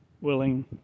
willing